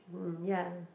hmm ya